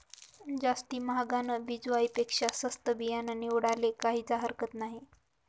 जास्ती म्हागानं बिजवाई पेक्शा सस्तं बियानं निवाडाले काहीज हरकत नही